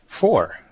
four